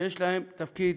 ויש להם תפקיד